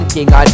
King